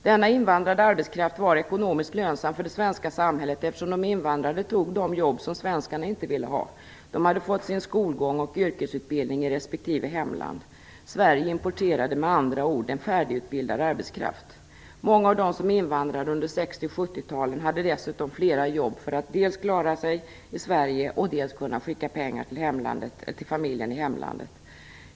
Denna invandrade arbetskraft var ekonomiskt lönsam för det svenska samhället, eftersom de invandrade tog de jobb som svenskarna inte ville ha. De hade fått sin skolgång och yrkesutbildning i respektive hemland. Sverige importerade med andra ord en färdigutbildad arbetskraft. Många av dem som invandrade under 60 och 70-talen hade dessutom flera jobb för att dels klara sig i Sverige, dels kunna skicka pengar till familjen i hemlandet.